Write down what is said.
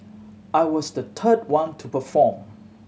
I was the third one to perform